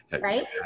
right